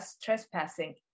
trespassing